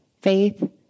Faith